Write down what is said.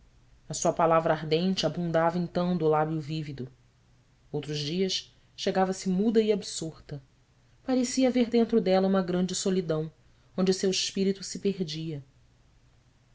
a sua palavra ardente abundava então do lábio vívido outros dias chegava-se muda e absorta parecia haver dentro dela uma grande solidão onde seu espírito se perdia